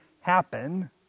happen